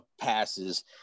passes